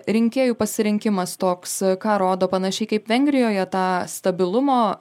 rinkėjų pasirinkimas toks ką rodo panašiai kaip vengrijoje tą stabilumo